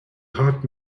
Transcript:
heart